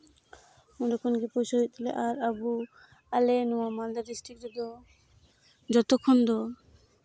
ᱚᱸᱰᱮ ᱠᱷᱚᱱ ᱜᱮ ᱯᱚᱭᱥᱟ ᱦᱩᱭᱩᱜ ᱛᱟᱵᱚᱱᱟ ᱟᱨ ᱟᱵᱚ ᱟᱞᱮ ᱱᱚᱣᱟ ᱢᱟᱞᱫᱟ ᱰᱤᱥᱴᱤᱠ ᱨᱮᱫᱚ ᱡᱚᱛᱚ ᱠᱷᱚᱱ ᱫᱚ